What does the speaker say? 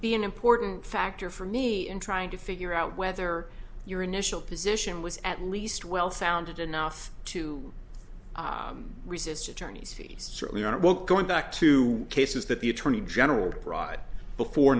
be an important factor for me in trying to figure out whether your initial position was at least well founded enough to resist attorney's fees certainly are going back to cases that the attorney general broad before